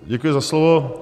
Děkuji za slovo.